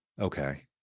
Okay